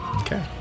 Okay